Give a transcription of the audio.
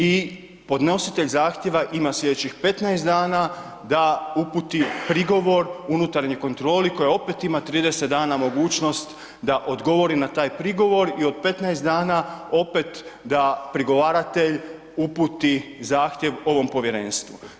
I podnositelj zahtjeva ima sljedećih 15 dana da uputi prigovor unutarnjoj kontroli koja opet ima 30 dana mogućnost da odgovori na taj prigovor i od 15 opet da prigovaratelj uputi zahtjev ovom povjerenstvu.